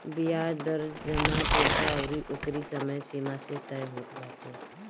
बियाज दर जमा पईसा अउरी ओकरी समय सीमा से तय होत बाटे